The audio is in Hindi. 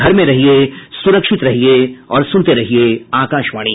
घर में रहिये सुरक्षित रहिये और सुनते रहिये आकाशवाणी